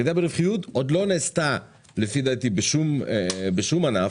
לפי דעתי, ירידה ברווחיות עוד לא נעשתה בשום ענף,